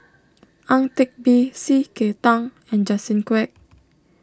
Ang Teck Bee C K Tang and Justin Quek